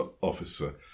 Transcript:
officer